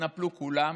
התנפלו כולם